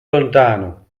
lontano